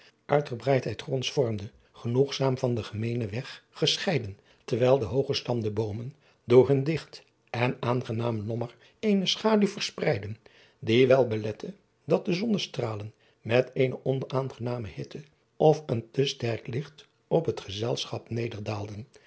uitgebreidheid gronds vormde genoegzaam van den gemeenen weg gescheiden terwijl de hooggestamde boomen door hun digt en aangenaam lommer eene schaduw verspreidden die wel belette dat de zonnestralen met eene onaangename hitte of een te sterk licht op het gezelschap nederdaalden